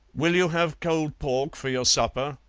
will you have cold pork for your supper,